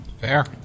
Fair